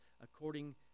according